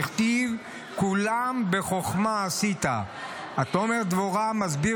דכתיב 'כֻלם בחכמה עשית'" התומר דבורה מסביר